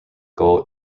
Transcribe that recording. goal